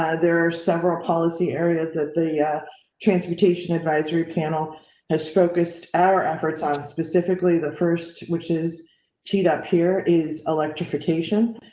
ah there are several policy areas that the yeah transportation advisory panel has focused our efforts on specifically. the first, which is teed up here, is electrification